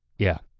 yeah,